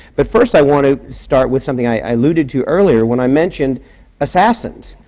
but first, i want to start with something i alluded to earlier, when i mentioned assassins,